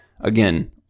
Again